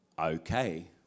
Okay